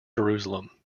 jerusalem